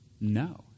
No